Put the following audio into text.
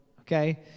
okay